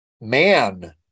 Man